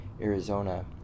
Arizona